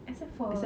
except for